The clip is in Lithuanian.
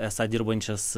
esą dirbančias